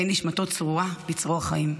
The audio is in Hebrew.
תהא נשמתו צרורה בצרור החיים.